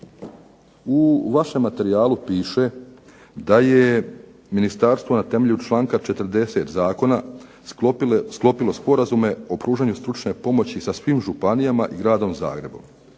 U vašem materijalu piše da je ministarstvo na temelju članka 40. zakona sklopilo sporazume o pružanju stručne pomoći sa svim županijama i Gradom Zagrebom,